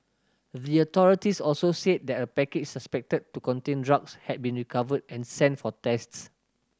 the authorities also said that a package suspected to contain drugs had been recovered and sent for tests